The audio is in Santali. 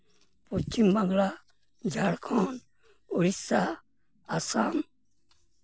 ᱯᱚᱪᱷᱤᱢ ᱵᱟᱝᱞᱟ ᱡᱷᱟᱲᱠᱷᱚᱸᱰ ᱳᱰᱤᱥᱟ ᱟᱥᱟᱢ